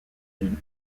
d’une